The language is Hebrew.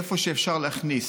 איפה שאפשר להכניס.